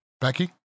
Becky